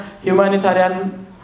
humanitarian